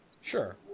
Sure